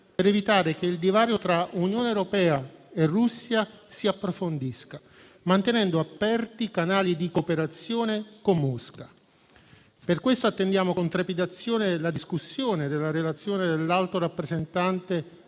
per evitare che il divano tra Unione europea e Russia si approfondisca, mantenendo aperti i canali di cooperazione con Mosca. Per questo attendiamo con trepidazione la discussione della relazione dell'Alto rappresentante